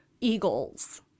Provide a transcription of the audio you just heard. eagles